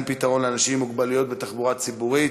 פתרון לאנשים עם מוגבלויות בתחבורה הציבורית,